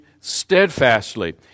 steadfastly